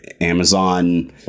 Amazon